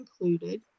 included